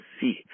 see